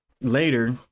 later